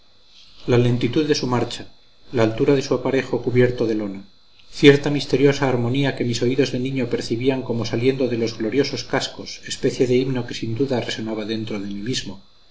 la lentitud de su marcha la altura de su aparejo cubierto de lona cierta misteriosa armonía que mis oídos de niño percibían como saliendo de los gloriosos cascos especie de himno que sin duda resonaba dentro de mí mismo